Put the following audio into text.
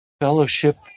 fellowship